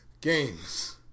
Games